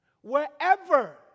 Wherever